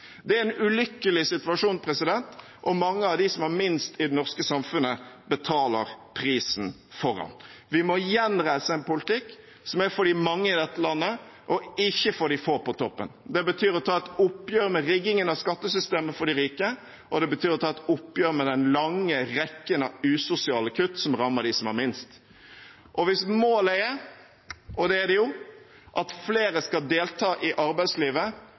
Det er en ulykkelig situasjon, og mange av de som har minst i det norske samfunnet, betaler prisen for det. Vi må gjenreise en politikk som er for de mange i dette landet, ikke for de få på toppen. Det betyr å ta et oppgjør med riggingen av skattesystemet for de rike, og det betyr å ta et oppgjør med den lange rekken av usosiale kutt som rammer dem som har minst. Hvis målet er – og det er det jo – at flere skal delta i arbeidslivet,